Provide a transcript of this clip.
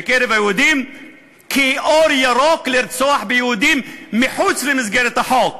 בקרב היהודים כאור ירוק לרצוח מחוץ למסגרת החוק.